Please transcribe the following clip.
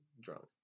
drunk